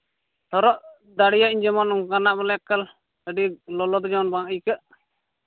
ᱦᱚᱨᱚᱜ ᱫᱟᱲᱮᱭᱟᱜᱼᱟᱹᱧ ᱚᱱᱠᱟᱱᱟᱜ ᱡᱮᱢᱚᱱ ᱟᱹᱰᱤ ᱞᱚᱞᱚ ᱫᱚ ᱡᱮᱢᱚᱱ ᱵᱟᱝ ᱟᱹᱭᱠᱟᱹᱜ